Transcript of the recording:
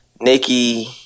Nikki